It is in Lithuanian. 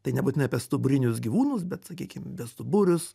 tai nebūtinai apie stuburinius gyvūnus bet sakykim bestuburius